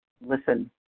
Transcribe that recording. listen